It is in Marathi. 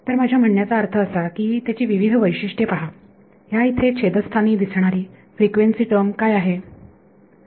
तर माझ्या म्हणण्याचा अर्थ असा की त्याची विविध वैशिष्ट्य पहा ह्या इथे छेद स्थानी दिसणारी फ्रिक्वेन्सी टर्म काय आहे बरोबर